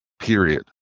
Period